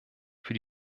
für